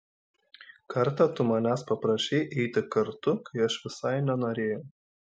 kartą tu manęs paprašei eiti kartu kai aš visai nenorėjau